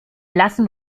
lassen